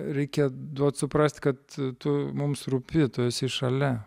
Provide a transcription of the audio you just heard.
reikia duot suprast kad tu mums rūpi tu esi šalia